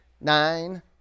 nine